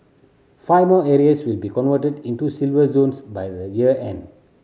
five more areas will be converted into Silver Zones by the year end